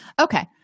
Okay